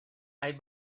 hay